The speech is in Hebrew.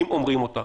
אם אומרים אותה.